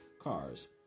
cars